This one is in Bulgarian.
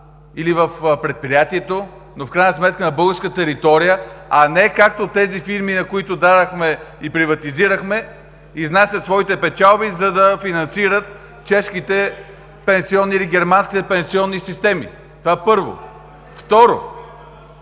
или в предприятието, но в крайна сметка на българска територия, а не както тези фирми, на които дадохме и приватизирахме – изнасят своите печалби, за да финансират чешките или германските пенсионни системи. Това, първо. Второ,